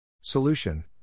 Solution